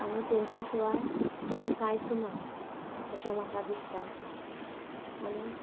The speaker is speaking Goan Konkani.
आनी तेंच्या शिवाय हांव कांयच ना अशें म्हाका दिसता आनी